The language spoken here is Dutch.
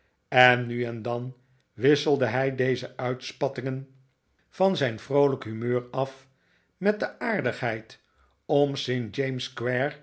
en nu en dan wisselde hij deze uitspattingen van zijn vroolijke humeur af met de aardigheid om st james